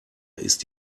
ist